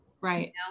Right